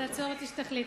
תעצור אותי כשתחליט.